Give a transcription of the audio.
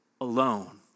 alone